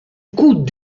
coup